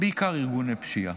בעיקר ארגוני פשיעה.